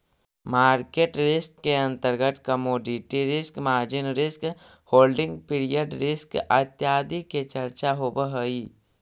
market risk के अंतर्गत commodity risk, margin risk, holding period risk इत्यादि के चर्चा होवऽ हई